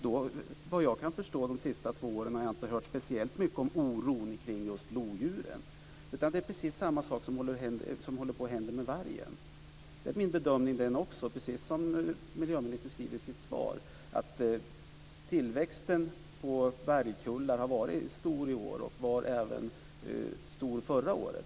De två senaste åren har jag inte hört speciellt mycket om oron kring just lodjuren. Det är precis samma sak som håller på att hända med vargen. Det är också min bedömning, som miljöministern skriver i sitt svar, att tillväxten av vargkullar har varit stor i år och var stor även förra året.